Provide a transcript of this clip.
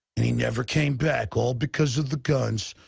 and he never came back. all because of the guns.